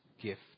gift